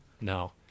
No